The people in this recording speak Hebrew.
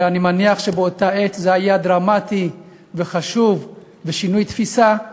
ואני מניח שבאותה עת זה היה דרמטי וחשוב ושינוי תפיסה,